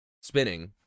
spinning